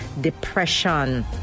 depression